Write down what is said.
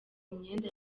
imyenda